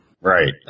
Right